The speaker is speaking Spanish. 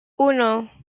uno